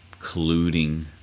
colluding